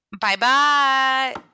Bye-bye